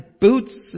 boots